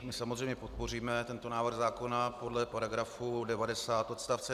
My samozřejmě podpoříme tento návrh zákona podle § 90 odst.